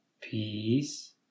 peace